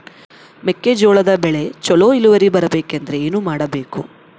ಮೆಕ್ಕೆಜೋಳದ ಬೆಳೆ ಚೊಲೊ ಇಳುವರಿ ಬರಬೇಕಂದ್ರೆ ಏನು ಮಾಡಬೇಕು?